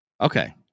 Okay